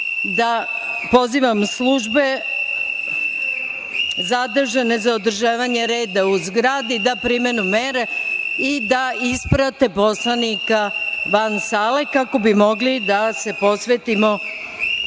minuta. Pozivam službe zadužene za održavanje reda u zgradi da primene mere i da isprate poslanika van sale kako bi mogli da se posvetimo